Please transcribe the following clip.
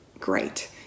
great